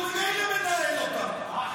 כי הוא ממילא מנהל אותה רעיון טוב.